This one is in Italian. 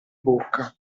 bocca